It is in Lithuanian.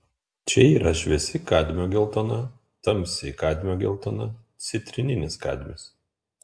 čia yra šviesi kadmio geltona tamsi kadmio geltona citrininis kadmis